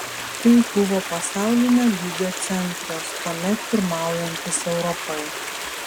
tai buvo pasaulinio lygio centras tuomet pirmaujantis europoje